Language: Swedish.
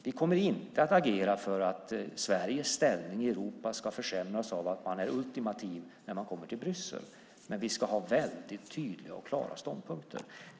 Vi kommer inte att agera för att Sveriges ställning i Europa ska försämras av att man är ultimativ när man kommer till Bryssel, men vi ska ha tydliga och klara ståndpunkter.